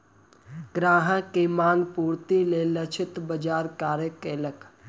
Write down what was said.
ग्राहक के मांग पूर्तिक लेल लक्षित बाजार कार्य केलक